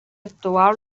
actual